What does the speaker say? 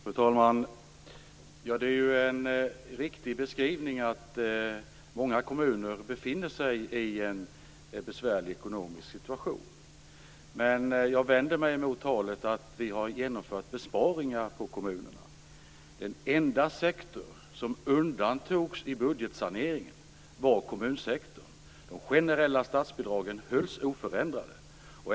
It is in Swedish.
Fru talman! Det är en riktig beskrivning att många kommuner befinner sig i en besvärlig ekonomisk situation. Men jag vänder mig emot talet om att vi har genomfört besparingar på kommunerna. Den enda sektor som undantogs vid budgetsaneringen var kommunsektorn. De generella statsbidragen hölls oförändrade.